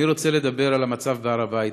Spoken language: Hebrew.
אני רוצה לדבר על המצב בהר הבית.